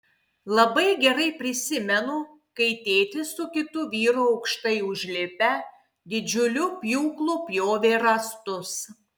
labai gerai prisimenu kai tėtis su kitu vyru aukštai užlipę didžiuliu pjūklu pjovė rąstus